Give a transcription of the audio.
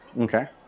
Okay